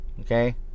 Okay